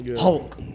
hulk